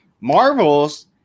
Marvel's